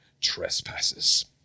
trespasses